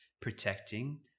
protecting